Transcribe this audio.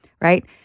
right